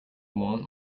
want